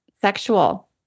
Sexual